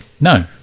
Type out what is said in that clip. No